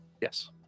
Yes